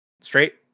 Straight